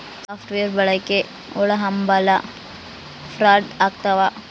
soft wear ಬಳಕೆ ಒಳಹಂಭಲ fraud ಆಗ್ತವ